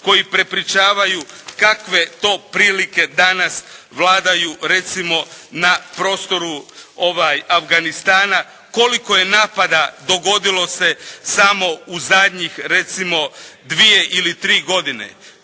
koji prepričavaju kakve to prilike danas vladaju recimo na prostoru Afganistana, koliko je napada dogodilo se samo u zadnjih recimo dvije ili tri godine.